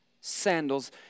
sandals